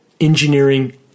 engineering